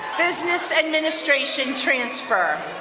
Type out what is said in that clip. business administration transfer.